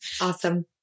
Awesome